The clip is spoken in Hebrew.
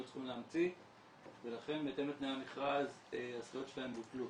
צריכים להמציא ולכן בהתאם לתנאי המכרז הזכויות שלהם בוטלו.